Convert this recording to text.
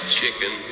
chicken